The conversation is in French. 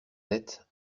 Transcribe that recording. tête